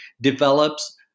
develops